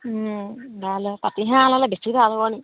ভালে পাতিহাঁহ আনিলে বেছি ভাল হ'ব নি